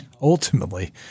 ultimately